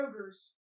Kroger's